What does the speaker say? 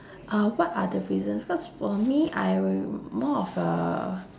uh what are the reasons cause for me I am more of a